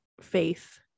faith